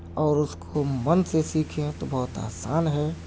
اور اس کو من سے سیکھیں تو بہت آسان ہے